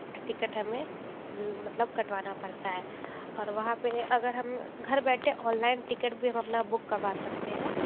ticket हमें मतलब कटवाना पड़ता है और वहाँ पे अगर हम घर बैठे ऑनलाइन टिकट भी हम अपना बुक करवा सकते हैं